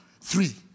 three